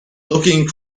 looking